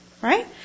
Right